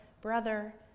Brother